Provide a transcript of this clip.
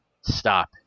stop